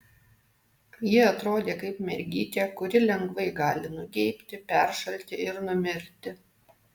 ji atrodė kaip mergytė kuri lengvai gali nugeibti peršalti ir numirti